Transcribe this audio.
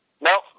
No